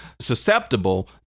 susceptible